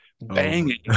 banging